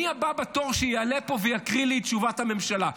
מי הבא בתור שיעלה פה ויקריא לי את תשובת הממשלה?